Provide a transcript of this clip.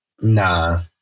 Nah